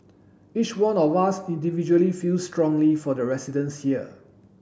each one of us individually feels strongly for the residents here